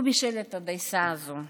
הוא בישל את הדייסה הזו,